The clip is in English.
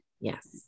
Yes